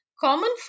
Common